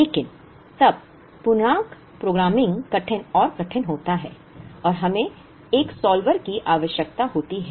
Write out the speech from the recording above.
लेकिन तब पूर्णांक प्रोग्रामिंग कठिन और कठिन होता है और हमें एक सॉल्वर की आवश्यकता होती है